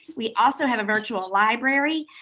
we also have a virtual library,